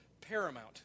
Paramount